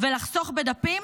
ולחסוך בדפים,